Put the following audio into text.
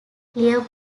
clear